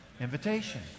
Invitation